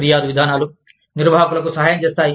ఫిర్యాదు విధానాలు నిర్వాహకులకు సహాయం చేస్తాయి